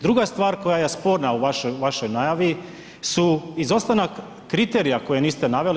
Druga stvar koja je sporna u vašoj najavi su izostanak kriterija koje niste naveli.